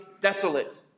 desolate